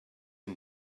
and